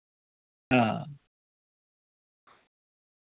हां